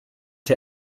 der